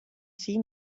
see